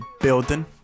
building